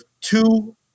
two